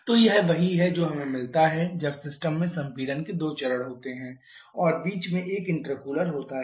तो यह वही है जो हमें मिलता है जब सिस्टम में संपीड़न के दो चरण होते हैं और बीच में एक इंटरकूलर होता है